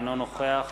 אינו נוכח